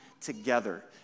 together